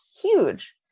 huge